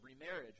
remarriage